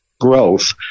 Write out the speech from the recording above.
growth